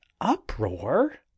uproar